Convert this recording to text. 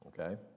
Okay